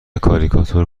کاریکاتور